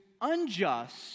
unjust